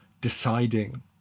deciding